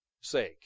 sake